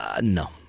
No